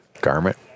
garment